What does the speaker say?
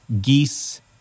geese